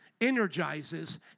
energizes